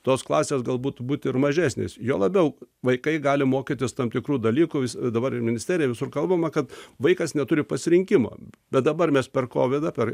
tos klasės galbūt būti ir mažesnės juo labiau vaikai gali mokytis tam tikrų dalykų dabar ir ministerija visur kalbama kad vaikas neturi pasirinkimo bet dabar mes per kovidą per